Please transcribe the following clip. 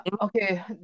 Okay